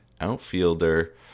outfielder